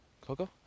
Coco